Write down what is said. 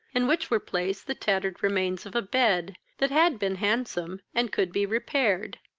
in which were placed the tattered remains of a bed, that had been handsome, and could be repaired.